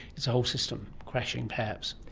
it's a whole system crashing perhaps.